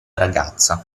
ragazza